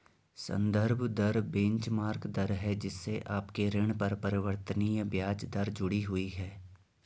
संदर्भ दर बेंचमार्क दर है जिससे आपके ऋण पर परिवर्तनीय ब्याज दर जुड़ी हुई है